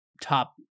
top